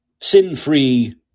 sin-free